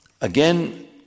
again